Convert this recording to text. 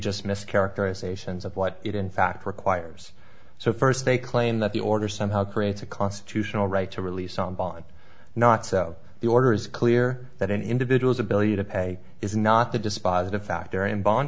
ous mischaracterizations of what it in fact requires so first they claim that the order somehow creates a constitutional right to release on bond not so the order is clear that an individual's ability to pay is not the dispositive factory unbond